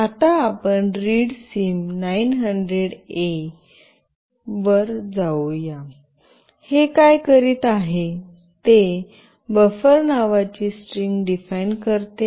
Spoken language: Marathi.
आता आपण रीडसिम 900ए readsim900A वर जाऊ या हे काय करीत आहे ते बफर नावाची स्ट्रिंग डिफाइन करते